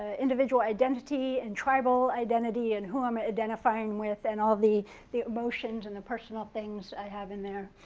ah individual identity and tribal identity and who i am identifying with and all the the emotions and the personal things i have in there.